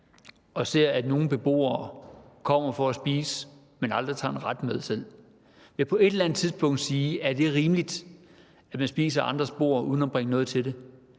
og ser, at nogle beboere kommer for at spise, men aldrig tager en ret med selv, vil på et eller andet tidspunkt sige: Er det rimeligt, at man spiser fra andres bord uden at bringe noget til det?